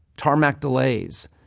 tarmac delays,